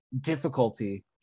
difficulty